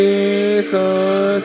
Jesus